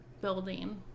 building